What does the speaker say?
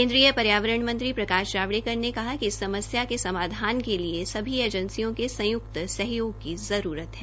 केन्द्रीय पर्यावरण मंत्री प्रकाश जावड़ेकर ने कहा कि इस समरूया के समाधान के लिए सभी एजेंसियों के संयुक्त सहयोग की जरूरत है